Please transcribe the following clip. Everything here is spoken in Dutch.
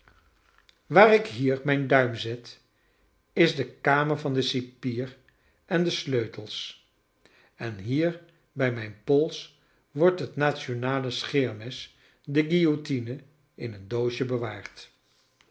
waar ik hier mijn duim zet is de kamer van den cipier en de sleutelsj en hier bij mijn pols wordt het nationale scheermes de guilliotine in een doosje bewaard